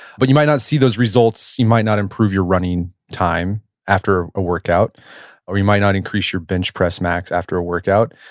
but you might not see those results, you might not improve your running time after a workout or you might not increase your bench press max after a workout.